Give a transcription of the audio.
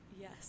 yes